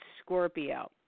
Scorpio